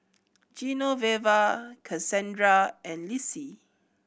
Genoveva Cassandra and Lissie